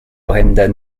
brendan